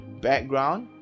background